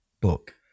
book